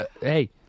Hey